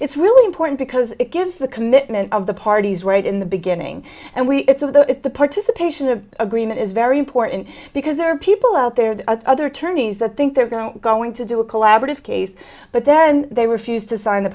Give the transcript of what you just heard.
it's really important because it gives the commitment of the parties right in the beginning and we it's of the it the participation of agreement is very important because there are people out there the other attorneys that think they're going to going to do a collaborative case but then they refuse to sign